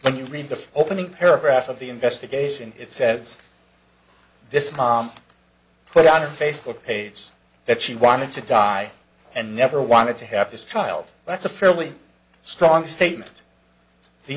when you read the opening paragraph of the investigation it says this mom put on her facebook page that she wanted to die and never wanted to have this trial that's a fairly strong statement the